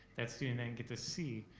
that student then gets a c.